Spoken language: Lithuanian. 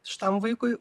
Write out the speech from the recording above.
šitam vaikui